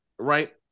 right